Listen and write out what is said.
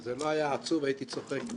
זה לא היה עצוב הייתי צוחק.